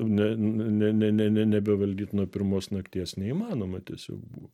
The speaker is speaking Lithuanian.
ne ne ne ne nebevaldyt nuo pirmos nakties neįmanoma tiesiog buvo